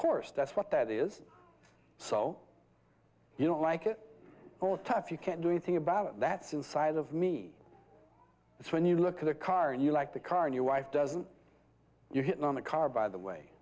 course that's what that is so you don't like it or tough you can't do anything about it that's inside of me it's when you look at a car and you like the car and your wife doesn't you're hitting on the car by the way